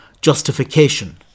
justification